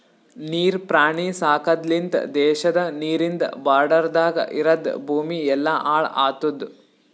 ನೀರ್ ಪ್ರಾಣಿ ಸಾಕದ್ ಲಿಂತ್ ದೇಶದ ನೀರಿಂದ್ ಬಾರ್ಡರದಾಗ್ ಇರದ್ ಭೂಮಿ ಎಲ್ಲಾ ಹಾಳ್ ಆತುದ್